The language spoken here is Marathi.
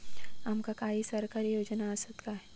आमका काही सरकारी योजना आसत काय?